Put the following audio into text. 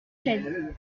chaises